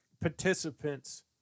participants